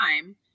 time